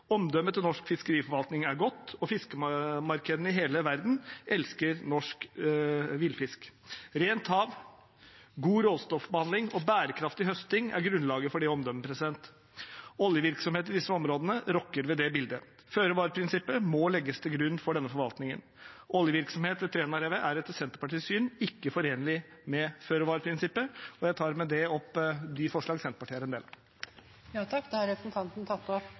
Omdømmet til norsk fiskeriforvaltning er godt, og fiskemarkedene i hele verden elsker norsk villfisk. Rent hav, god råstoffbehandling og bærekraftig høsting er grunnlaget for det omdømmet. Oljevirksomhet i disse området rokker ved det bildet. Føre-var-prinsippet må legges til grunn for denne forvaltningen. Oljevirksomhet ved Trænarevet er etter Senterpartiets syn ikke forenlig med føre-var-prinsippet, og jeg tar med dette opp de forslagene Senterpartiet er en del av. Representanten Ole André Myhrvold har tatt opp